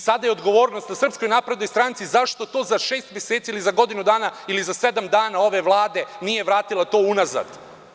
Sada je odgovornost na Srpskoj naprednoj stranci zašto to za šest meseci ili za godinu dana ili za sedam dana ove Vlade nije vratila to unazad.